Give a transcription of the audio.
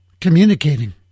communicating